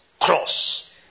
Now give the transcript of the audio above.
cross